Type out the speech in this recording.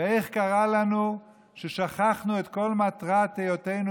ואיך קרה לנו ששכחנו את כל מטרת היותנו